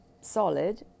solid